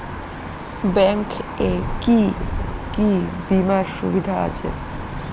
Bank এ কি কী বীমার সুবিধা আছে?